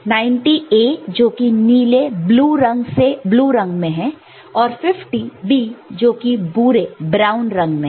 90 A जोकि नीले blue blue रंग में है और 50 B जोकि बुरे ब्राउन brown रंग में है